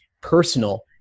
personal